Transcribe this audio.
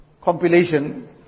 compilation